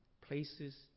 places